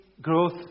Growth